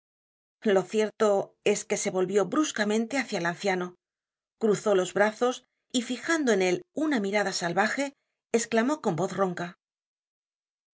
lo cierto es que se volvió bruscamente hácia el anciano cruzó los brazos y fijando en él una mirada salvaje esclamó con voz ronca